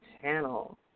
channel